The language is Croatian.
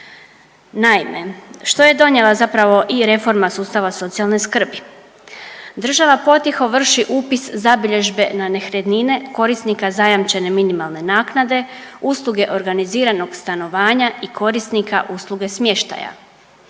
Naime, što je donijela zapravo i reforma socijalne skrbi. Država potiho vrši upis zabilježbe na nekretnine korisnika zajamčene minimalne naknade, usluge organiziranog stanovanja i korisnika usluga smještaja.